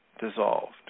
dissolved